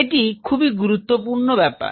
একটি খুবই গুরুত্বপূর্ণ ব্যাপার